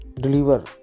Deliver